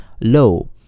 low